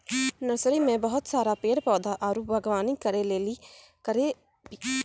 nursery मे बहुत सारा पेड़ पौधा आरु वागवानी करै ले बीज उत्पादित करै छै